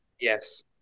Yes